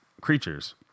creatures